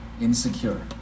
insecure